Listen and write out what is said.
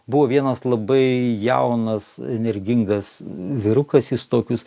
buvo vienas labai jaunas energingas vyrukas jis tokius